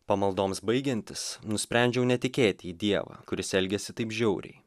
pamaldoms baigiantis nusprendžiau netikėti į dievą kuris elgiasi taip žiauriai